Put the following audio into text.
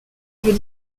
veut